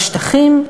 בשטחים,